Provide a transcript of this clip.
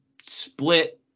split